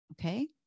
Okay